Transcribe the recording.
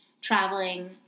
traveling